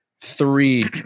three